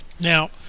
Now